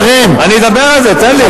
אני אדבר על זה, תן לי.